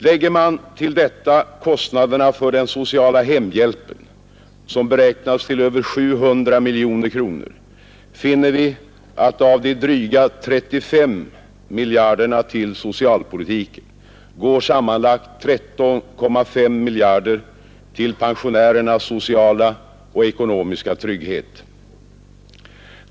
Lägger man till detta kostnaderna för den sociala hemhjälpen, som beräknas till över 700 miljoner, finner vi att av de dryga 35 miljarderna till socialpolitiken går sammanlagt 13,5 miljarder till pensionärernas sociala och ekonomiska trygghet.